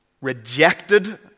rejected